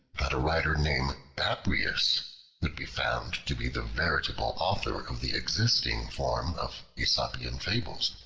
that a writer named babrias would be found to be the veritable author of the existing form of aesopian fables.